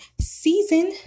season